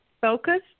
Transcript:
focus